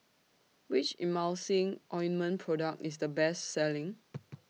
Which Emulsying Ointment Product IS The Best Selling